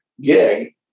gig